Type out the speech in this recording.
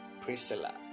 Priscilla